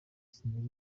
sinari